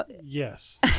Yes